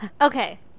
okay